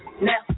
now